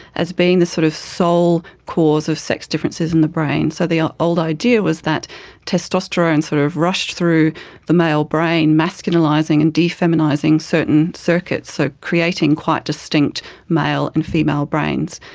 as being this sort of sole cause of sex differences in the brain. so the old idea was that testosterone sort of rushed through the male brain, masculinising and de-feminising certain circuits, so creating quite distinct male and female brains.